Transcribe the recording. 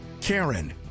Karen